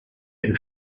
been